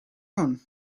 own